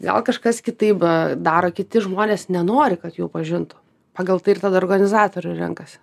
gal kažkas kitaip daro kiti žmonės nenori kad jų pažintų pagal tai tada organizatorių renkasi